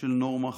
של נורמה חוקתית.